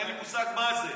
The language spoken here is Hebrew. אין לי מושג מה זה.